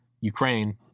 Ukraine